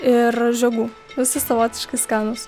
ir žiogų visi savotiškai skanūs